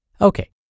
Okay